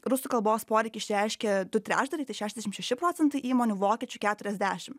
rusų kalbos poreikį išreiškia du trečdaliai tai šešiasdešim šeši procentai įmonių vokiečių keturiasdešim